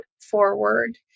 forward